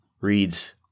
reads